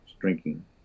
drinking